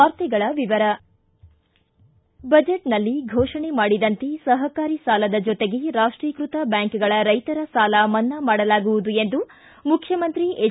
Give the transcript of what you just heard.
ವಾರ್ತೆಗಳ ವಿವರ ಬಜೆಟ್ನಲ್ಲಿ ಘೋಷಣೆ ಮಾಡಿದಂತೆ ಸಹಕಾರಿ ಸಾಲದ ಜೊತೆಗೆ ರಾಷ್ಷೀಕೃತ ಬ್ಯಾಂಕ್ಗಳ ರೈತರ ಸಾಲ ಮನ್ನಾ ಮಾಡಲಾಗುವುದು ಎಂದು ಮುಖ್ಯಮಂತ್ರಿ ಎಚ್